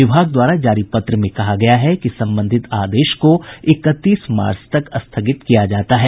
विभाग द्वारा जारी पत्र में कहा गया है कि संबंधित आदेश को इकतीस मार्च तक स्थगित किया जाता है